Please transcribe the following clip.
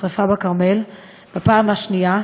השרפה בכרמל בפעם השנייה.